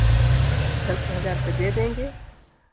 दस हज़ार रुपये दे देंगे